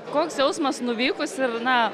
koks jausmas nuvykus ir na